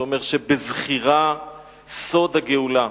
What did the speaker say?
שאומר שבזכירה סוד הגאולה.